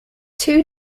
two